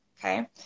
okay